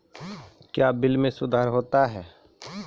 क्या बिल मे सुधार होता हैं?